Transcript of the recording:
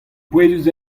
pouezus